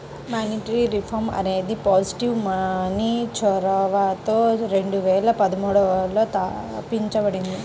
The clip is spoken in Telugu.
మానిటరీ రిఫార్మ్ అనేది పాజిటివ్ మనీ చొరవతో రెండు వేల పదమూడులో తాపించబడింది